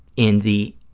in the